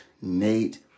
Nate